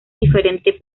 diferente